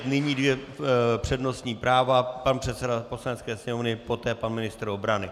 Nyní dvě přednostní práva pan předseda Poslanecké sněmovny, poté pan ministr obrany.